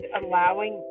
allowing